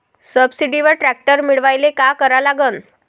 सबसिडीवर ट्रॅक्टर मिळवायले का करा लागन?